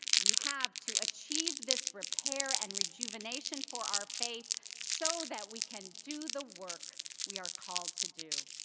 we have to achieve this repair and rejuvenation for our faith so that we can do the work we are called to do.